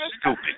stupid